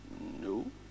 no